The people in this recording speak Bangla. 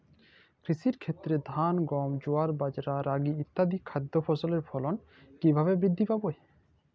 কৃষির ক্ষেত্রে ধান গম জোয়ার বাজরা রাগি ইত্যাদি খাদ্য ফসলের ফলন কীভাবে বৃদ্ধি পাবে?